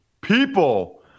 People